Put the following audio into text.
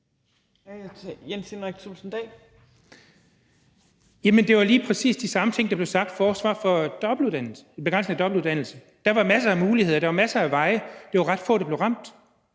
Det var lige præcis de samme ting, der blev sagt som forsvar for en begrænsning af dobbeltuddannelse, nemlig at der var masser af muligheder. Der var masser af veje. Det var ret få, der blev ramt.